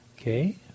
Okay